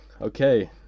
Okay